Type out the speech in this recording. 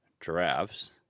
giraffes